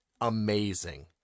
amazing